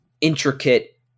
intricate